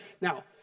Now